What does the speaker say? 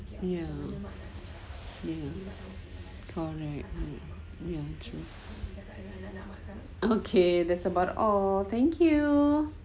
ya correct ya true okay that's about all thank you